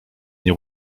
nie